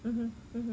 mmhmm mmhmm